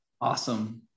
awesome